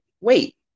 wait